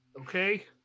okay